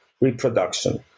reproduction